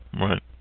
Right